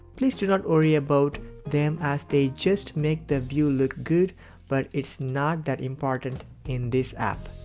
please do not worry about them as they just make the view look good but it's not that important in this app.